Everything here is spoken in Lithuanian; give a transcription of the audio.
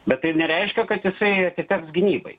bet tai nereiškia kad jisai atiteks gynybai